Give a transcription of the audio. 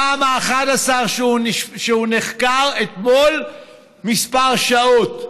הפעם ה-11 שהוא נחקר אתמול כמה שעות,